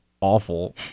awful